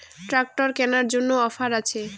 Tractor কেনার জন্য offer আছে?